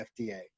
FDA